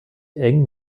eng